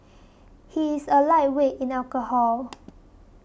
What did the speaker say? he is a lightweight in alcohol